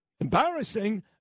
Embarrassing